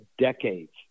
decades